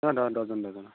অঁ দহজন দহজন অঁ